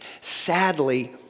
Sadly